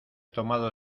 tomado